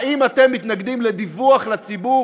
האם אתם מתנגדים לדיווח לציבור?